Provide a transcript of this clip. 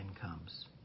comes